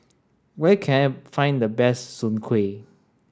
where can I find the best Soon Kway